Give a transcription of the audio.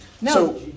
No